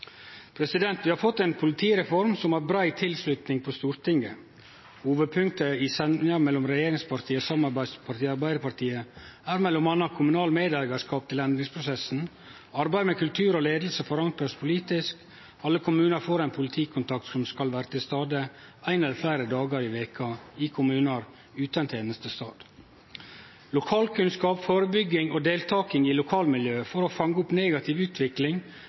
Vi har fått ei politireform som har brei tilslutning på Stortinget. Hovudpunkta i semja mellom regjeringspartia, samarbeidspartia og Arbeidarpartiet er m.a.: kommunal medeigarskap til endringsprosessen arbeidet med kultur og leiing forankrast politisk alle kommunar får ein politikontakt som skal vere til stades ein eller fleire dagar i veka i kommunar utan tenestestad Lokalkunnskap, førebygging og deltaking i lokalmiljø for å fange opp negativ utvikling